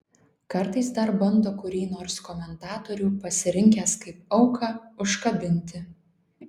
kartais dar bando kurį nors komentatorių pasirinkęs kaip auką užkabinti